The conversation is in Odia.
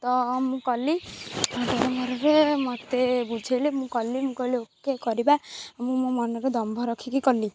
ତ ମୁଁ କଲି ଡରମରରେ ମୋତେ ବୁଝାଇଲେ ମୁଁ କଲି ମୁଁ କହିଲି ଓକେ କରିବା ମୁଁ ମୋ ମନର ଦମ୍ଭ ରଖିକି କଲି